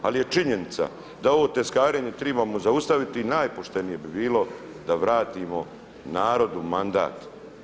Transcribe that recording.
Ali je činjenica da ovo tezgarenje trebamo zaustaviti i najpoštenije bi bilo da vratimo narodu mandat.